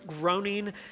groaning